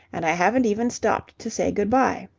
and i haven't even stopped to say good-bye.